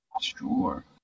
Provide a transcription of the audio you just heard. Sure